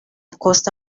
costa